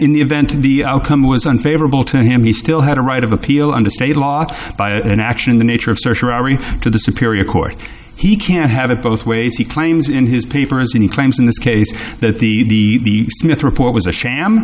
in the event of the outcome was unfavorable to him he still had a right of appeal under state law by an action in the nature of to the superior court he can't have it both ways he claims in his paper as he claims in this case that the report was a sham